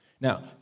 Now